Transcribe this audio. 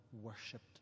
worshipped